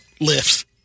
lifts